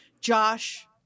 josh